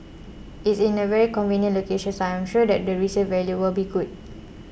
it's in a very convenient location so I'm sure the resale value will be good